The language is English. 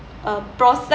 process